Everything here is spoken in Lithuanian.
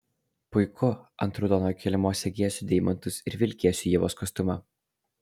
puiku ant raudonojo kilimo segėsiu deimantus ir vilkėsiu ievos kostiumą